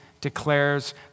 declares